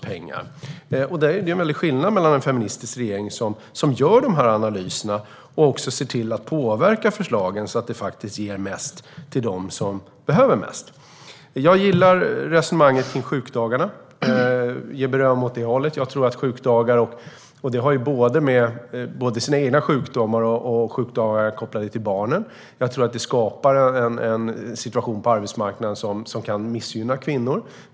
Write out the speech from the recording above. Det blir en väldig skillnad med en feministisk regering, som gör de här analyserna och ser till att påverka förslagen, så att det ges mest till dem som behöver mest. Jag gillar resonemanget kring sjukdagarna och ger beröm åt det hållet. Detta har att göra med både egna sjukdagar och sjukdagar kopplade till barnen. Jag tror att detta skapar en situation på arbetsmarknaden som kan missgynna kvinnor.